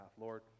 Lord